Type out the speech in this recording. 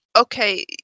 Okay